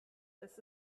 das